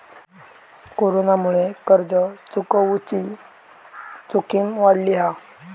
कोरोनामुळे कर्ज चुकवुची जोखीम वाढली हा